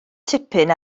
tipyn